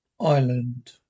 Island